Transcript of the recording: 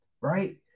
right